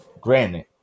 granted